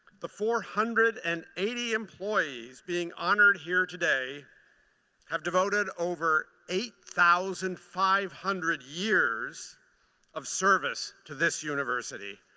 the four hundred and eighty employees being honored here today have devoted over eight thousand five hundred years of service to this university.